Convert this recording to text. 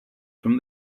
from